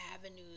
avenues